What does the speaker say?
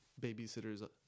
babysitters